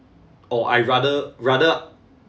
or I rather rather